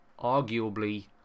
arguably